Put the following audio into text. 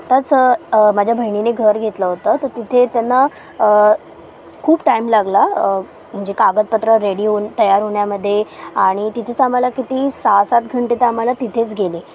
आत्ताच माझ्या बहिणीनी घर घेतलं होतं तर तिथे त्यांना खूप टाईम लागला म्हणजे कागदपत्र रेडी होऊन तयार होण्यामध्ये आणि तिथेच आम्हाला किती सहा सात घंटे तर आम्हाला तिथेच गेले